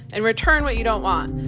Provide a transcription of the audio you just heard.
and return what you don't want.